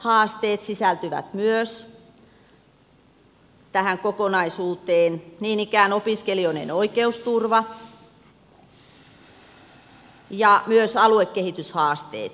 laatuhaasteet sisältyvät myös tähän kokonaisuuteen niin ikään opiskelijoiden oikeusturva ja myös aluekehityshaasteet